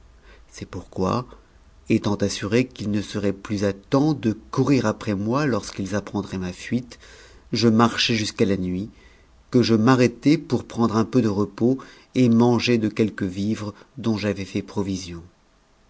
c'est pourquoi étant assuré ox ne seraient plus à temps de courir après moi lorsqu'ils apprendraient fuite je marchai jusqu'à la nuit que je m'arrêtai pour prendre uu peu p repos et manger de quelques vivres dont j'avais fait provision